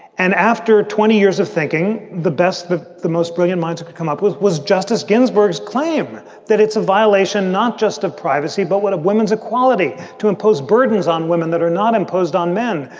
and after twenty years of thinking, the best the the most brilliant minds could come up with was justice ginsburg's claim that it's a violation not just of privacy, but what a women's equality to impose burdens on women that are not imposed on men,